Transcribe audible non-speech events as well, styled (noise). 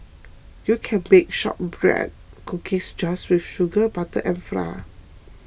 you can bake Shortbread Cookies just with sugar butter and (unintelligible)